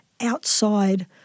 outside